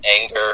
anger